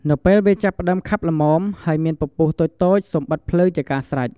នៅពេលវាចាប់ផ្ដើមខាប់ល្មម ហើយមានពពុះតូចៗ សូមបិទភ្លើងជាការស្រេច។